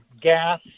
gas